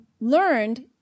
learned